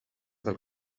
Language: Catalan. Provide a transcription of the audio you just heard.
del